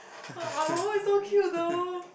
our voice is so cute though